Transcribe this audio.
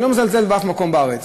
אני לא מזלזל באף מקום בארץ,